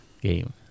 game